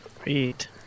Great